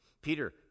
Peter